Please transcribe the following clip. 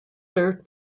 served